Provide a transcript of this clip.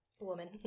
woman